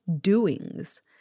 doings